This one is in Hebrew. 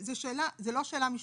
זה לא שאלה משפטית,